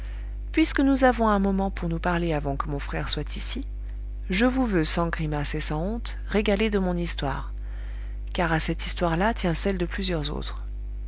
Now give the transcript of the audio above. puisque nous avons un moment pour nous parler avant que mon frère soit ici je vous veux sans grimace et sans honte régaler de mon histoire car à cette histoire-là tient celle de plusieurs autres